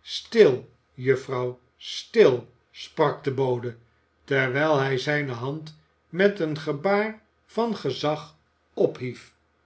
stil juffrouw stil sprak de bode terwijl hij zijne hand met een gebaar van gezag ophief